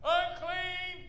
unclean